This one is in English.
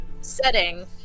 setting